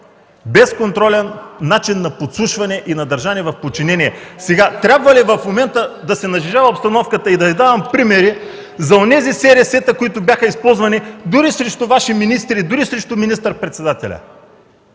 безконтролен начин на подслушване и на държане в подчинение. Трябва ли в момента да се нажежава обстановката и да давам примери за онези СРС-та, които бяха използвани дори срещу Ваши министри и дори срещу министър-председателя?